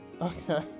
okay